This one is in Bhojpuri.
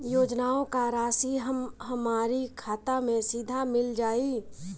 योजनाओं का राशि हमारी खाता मे सीधा मिल जाई?